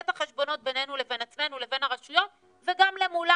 את החשבונות בינינו לבין עצמנו ולבין הרשויות וגם למולם,